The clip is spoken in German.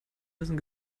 müssen